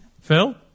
Phil